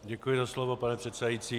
Děkuji za slovo, pane předsedající.